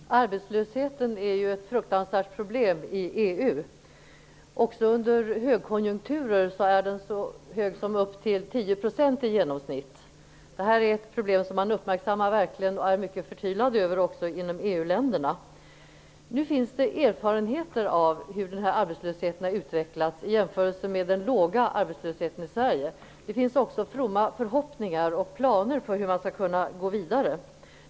Fru talman! Arbetslösheten är ett fruktansvärt problem i EU. Också under högkonjunkturer är den så hög som upp till 10 % i genomsnitt. Det är ett problem som man verkligen uppmärksammar och är mycket förtvivlad över också inom EU Nu finns det erfarenheter av hur denna arbetslöshet har utvecklats i jämförelse med den låga arbetslösheten i Sverige. Det finns också fromma förhoppningar och planer för hur man skall kunna gå vidare.